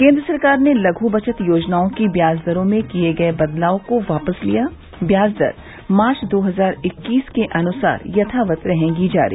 केन्द्र सरकार ने लघु बचत योजनाओं की ब्याज दरों में किये गये बदलाव को वापस लिया ब्याज दर मार्च दो हजार इक्कीस के अनुसार यथावत रहेंगी जारी